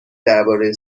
درباره